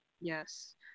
yes